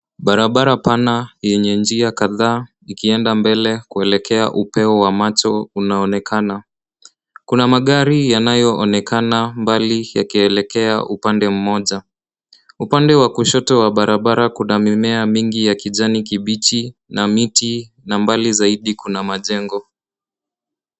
Barabara pana yenye njia kadhaa ikielekea mbele ikielekea upeo wa macho unaonekana. Kuna magari yanayoonekana mbali yakielekea upande moja. Upande wa kushoto wa barabara Kuna mimea mingi ya kijani kibichi na miti na mbali zaidi Kuna majengo.